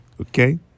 Okay